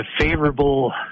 favorable